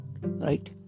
right